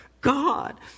God